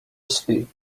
asleep